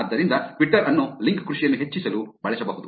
ಆದ್ದರಿಂದ ಟ್ವಿಟರ್ ಅನ್ನು ಲಿಂಕ್ ಕೃಷಿಯನ್ನು ಹೆಚ್ಚಿಸಲು ಬಳಸಬಹುದು